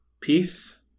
peace